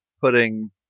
putting